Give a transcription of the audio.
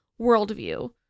worldview